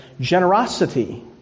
generosity